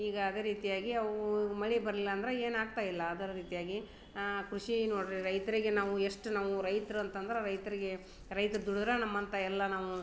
ಈಗ ಅದೇ ರೀತಿಯಾಗಿ ಅವೂ ಮಳೆ ಬರಲಿಲ್ಲ ಅಂದ್ರೆ ಏನು ಆಗ್ತಾಯಿಲ್ಲ ಅದರ ರೀತಿಯಾಗಿ ಕೃಷಿ ನೋಡಿರಿ ರೈತರಿಗೆ ನಾವು ಎಷ್ಟು ನಾವು ರೈತ್ರು ಅಂತಂದ್ರೆ ರೈತರಿಗೆ ರೈತ್ರು ದುಡಿದ್ರೆ ನಮ್ಮಂಥ ಎಲ್ಲ ನಾವೂ